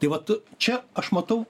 tai vat čia aš matau